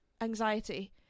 anxiety